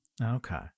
Okay